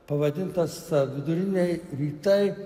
pavadintas viduriniai rytai